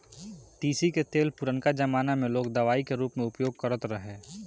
तीसी कअ तेल पुरनका जमाना में लोग दवाई के रूप में उपयोग करत रहे